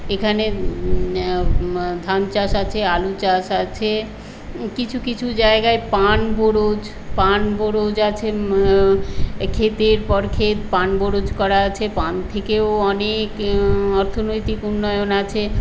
এখানে ধান চাষ আছে আলু চাষ আছে কিছু কিছু জায়গায় পান বরজ পান বরজ আছে ক্ষেতের পর ক্ষেত পান বরজ করা আছে পান থেকেও অনেক অর্থনৈতিক উন্নয়ন আছে